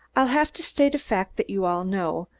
i'll have to state a fact that you all know,